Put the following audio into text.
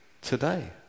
today